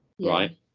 Right